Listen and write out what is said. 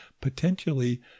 potentially